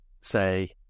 say